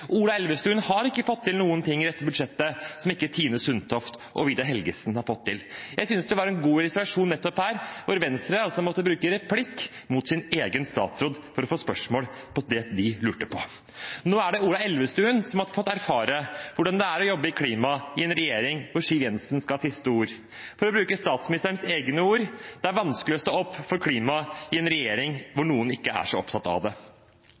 Ola Elvestuen har ikke fått til noen ting i dette budsjettet som ikke Tine Sundtoft og Vidar Helgesen fikk til. Jeg synes det var en god illustrasjon nettopp her, hvor Venstre måtte bruke replikk mot sin egen statsråd for å få svar på det de lurte på. Nå er det Ola Elvestuen som har fått erfare hvordan det er å jobbe med klima i en regjering hvor Siv Jensen skal ha siste ord. For å bruke statsministerens egne ord: Det er vanskelig å stå opp for klima i en regjering hvor noen ikke er så opptatt av det.